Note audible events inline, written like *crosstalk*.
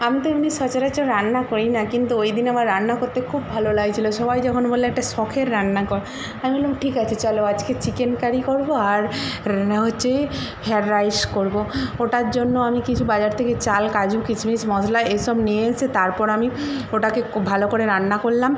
আমি তো এমনি সচরাচর রান্না করি না কিন্তু ওই দিন আমার রান্না করতে খুব ভালো লাগছিল সবাই যখন বলল একটা শখের রান্না কর আমি বললাম ঠিক আছে চলো আজকে চিকেন কারি করব আর *unintelligible* হচ্ছে ফ্রায়েড রাইস করব ওটার জন্য আমি কিছু বাজার থেকে চাল কাজু কিশমিশ মশলা এসব নিয়ে এসে তারপর আমি ওটাকে ভালো করে রান্না করলাম